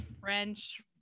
French